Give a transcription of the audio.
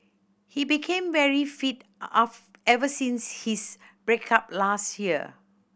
he became very fit ever since his break up last year